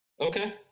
okay